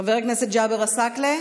חבר הכנסת ג'אבר עסאקלה,